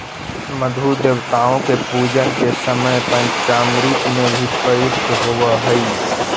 मधु देवताओं के पूजन के समय पंचामृत में भी प्रयुक्त होवअ हई